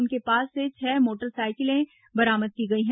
उनके पास से छह मोटर साइकिलें बरामद की गई हैं